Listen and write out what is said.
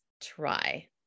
try